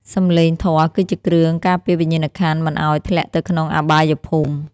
សំឡេងធម៌គឺជាគ្រឿងការពារវិញ្ញាណក្ខន្ធ មិនឱ្យធ្លាក់ទៅក្នុងអបាយភូមិ។